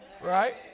right